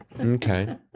okay